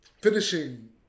finishing